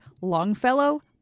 Longfellow